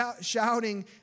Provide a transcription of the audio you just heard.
shouting